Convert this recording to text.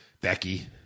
Becky